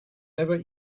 never